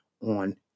on